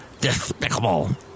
Despicable